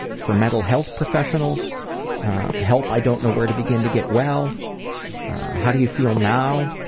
for mental health professionals help i don't know where to begin to get well how do you feel now?